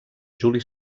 juli